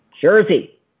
Jersey